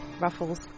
Ruffles